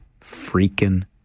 freaking